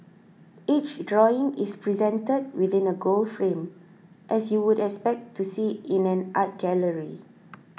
each drawing is presented within a gold frame as you would expect to see in an art gallery